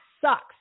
sucks